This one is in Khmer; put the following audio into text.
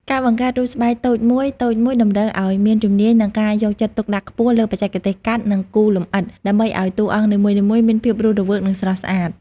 ការបង្កើតរូបស្បែកតូចមួយៗ តម្រូវឱ្យមានជំនាញ និងការយកចិត្តទុកដាក់ខ្ពស់លើបច្ចេកទេសកាត់ និងគូរលម្អិត ដើម្បីឱ្យតួអង្គនីមួយៗមានភាពរស់រវើក និងស្រស់ស្អាត។